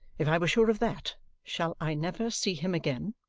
if i were sure of that shall i never see him again?